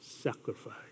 sacrifice